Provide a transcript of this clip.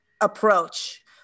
approach